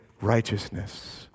Righteousness